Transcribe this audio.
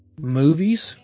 movies